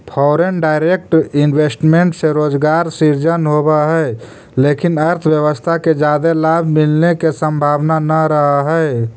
foreign direct investment से रोजगार सृजन होवऽ हई लेकिन अर्थव्यवस्था के जादे लाभ मिलने के संभावना नह रहऽ हई